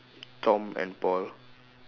Tom and Paul